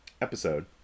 episode